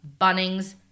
bunnings